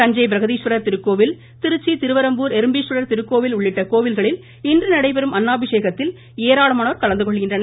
தஞ்சை பிரகதீஸ்வரர் திருக்கோவில் திருச்சி திருவரம்பூர் எறும்பீஸ்வரர் திருக்கோவில் உள்ளிட்ட கோவில்களில் இன்று நடைபெறும் அன்னாபிஷேகத்தில் ஏராளமானோர் கலந்துகொள்கின்றனர்